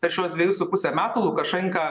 per šiuos dvejus su puse metų lukašenka